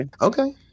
okay